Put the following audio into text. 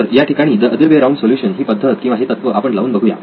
तर या ठिकाणी the other way round solution ही पद्धत किंवा हे तत्त्व आपण लावून बघू या